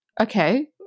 Okay